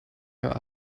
her